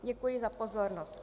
Děkuji za pozornost.